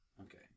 Okay